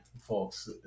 folks